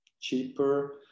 cheaper